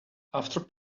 after